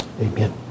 Amen